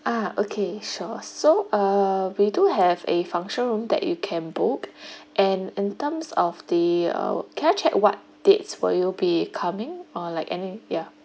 ah okay sure so uh we do have a function room that you can book and in terms of the uh can I check what dates for you be coming or like any yeah